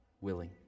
willing